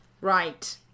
right